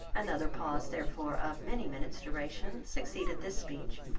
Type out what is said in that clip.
another pause therefore of many minutes' duration, succeeded this speech,